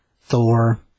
Thor